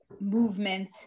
movement